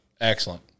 Excellent